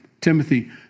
Timothy